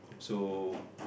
so